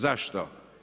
Zašto?